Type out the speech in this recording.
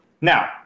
Now